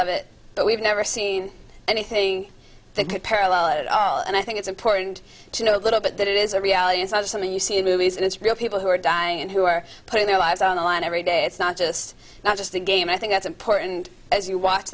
of it but we've never seen anything that could parallel it at all and i think it's important to know a little bit that it is a reality it's not something you see in movies and it's real people who are dying and who are putting their lives on the line every day it's not just not just a game i think that's important as you watch